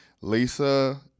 Lisa